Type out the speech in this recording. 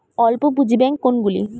অল্প পুঁজি ব্যাঙ্ক কোনগুলি?